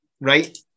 right